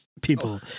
people